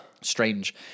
strange